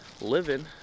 living